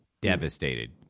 devastated